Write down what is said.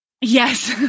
Yes